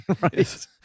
Right